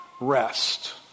rest